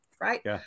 Right